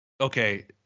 okay